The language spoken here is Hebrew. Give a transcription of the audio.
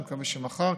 אני מקווה שמחר.